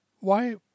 Why